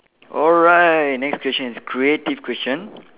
alright next question is creative question